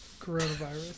coronavirus